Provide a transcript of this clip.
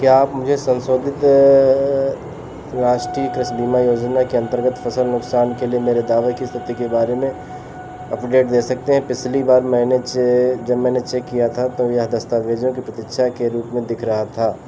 क्या आप मुझे संशोधित राष्ट्रीय कृषि बीमा योजना के अंतर्गत फसल नुक़सान के लिए मेरे दावे की स्थिति के बारे में अपडेट दे सकते हैं पिछली बार मैंने जब मैंने चेक किया था तो यह दस्तावेज़ों की प्रतीक्षा के रूप में दिख रहा था